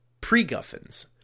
pre-Guffins